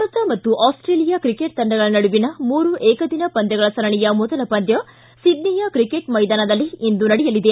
ಭಾರತ ಮತ್ತು Australia cricket ತಂಡಗಳ ನಡುವಿನ ಮೂರು ಏಕದಿನ ಪಂದ್ದಗಳ ಸರಣಿಯ ಮೊದಲ ಪಂದ್ದ ಸಿಡ್ನಿಯ ಕ್ರಿಕೆಟ್ ಮೈದಾನದಲ್ಲಿ ಇಂದು ನಡೆಯಲಿದೆ